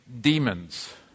demons